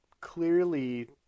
clearly